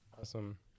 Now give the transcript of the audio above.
awesome